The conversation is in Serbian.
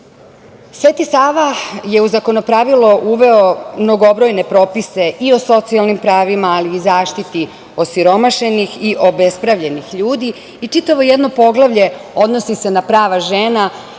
Sava je u Zakonopravilo uveo mnogobrojne propise i o socijalnim pravima, ali i zaštiti osiromašenih i obespravljenih ljudi i čitavo jedno poglavlje odnosi se na prava žena.